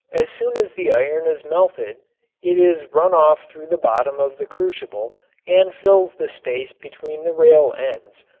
as soon as the iron is melted it is run off through the bottom of the crucible and fills the space between the rail ends,